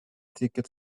ticket